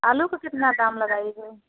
आलू का कितना दाम लगाई हो